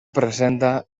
presenta